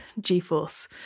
g-force